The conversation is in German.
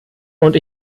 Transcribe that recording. und